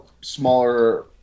smaller